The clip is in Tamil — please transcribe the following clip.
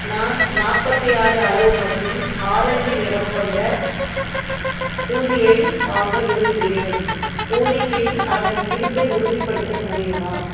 நான் நாற்பத்தி ஆறு அளவு மற்றும் ஆரஞ்சு நிறம் கொண்ட ஹூடியை வாங்க விரும்புகிறேன் வூனிக்கில் அதன் இருப்பை உறுதிப்படுத்த முடியுமா